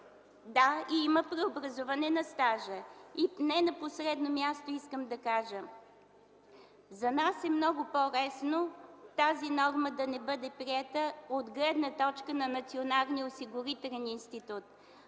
Да, и има преобразуване на стажа. И не на последно място искам да кажа, че за нас е много по-лесно тази норма да не бъде приета от гледна точка на Националния осигурителен институт,